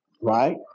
right